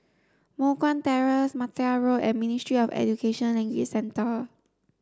Moh Guan Terrace Mattar Road and Ministry of Education Language Centre